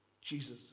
Jesus